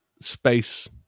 space